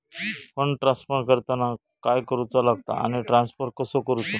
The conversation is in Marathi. फंड ट्रान्स्फर करताना काय करुचा लगता आनी ट्रान्स्फर कसो करूचो?